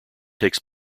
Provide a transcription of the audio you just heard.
takes